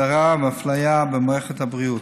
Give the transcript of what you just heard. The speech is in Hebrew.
הדרה ואפליה במערכת הבריאות.